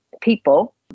people